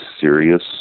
serious